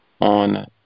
on